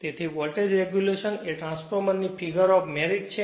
તેથી voltage regulation એ ટ્રાન્સફોર્મરની ફિગર ઓફ મેરીટ છે